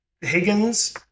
higgins